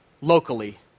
locally